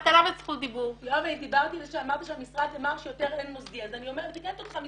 אני דיברתי על זה שאמרת שהמשרד אמר שיותר אין מוסדי אז אני תיקנתי אותך.